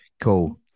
Cool